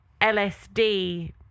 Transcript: LSD